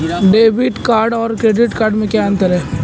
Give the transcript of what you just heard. Debit card और credit card में क्या अंतर है?